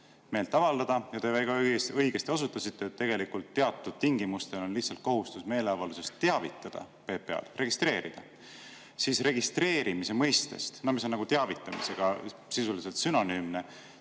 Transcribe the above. meelt avaldada ja te väga õigesti osutasite, et tegelikult teatud tingimustel on lihtsalt kohustus meeleavaldusest teavitada PPA-d, [see] registreerida. Registreerimise mõistest, mis on teavitamisega sisuliselt sünonüümne,